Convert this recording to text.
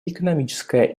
экономическая